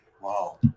Wow